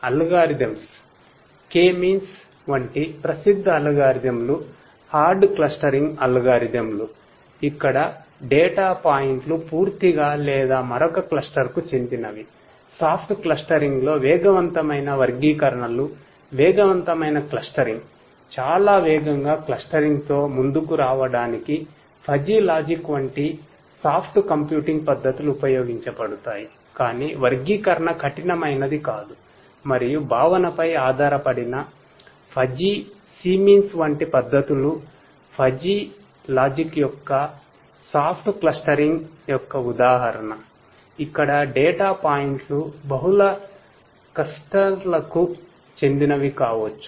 algorithms పాయింట్లు బహుళ క్లస్టర్లకు చెందినవి కావచ్చు